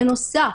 בנוסף,